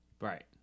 Right